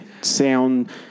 Sound